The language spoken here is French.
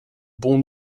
bon